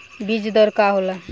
बीज दर का होला?